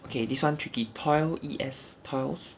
okay this one tricky toil E S toiles